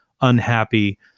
unhappy